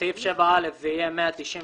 בסעיף 7(א), זה יהיה 198.4%,